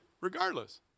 regardless